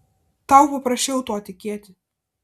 tau paprasčiau tuo tikėti